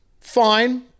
fine